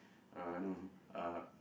uh no uh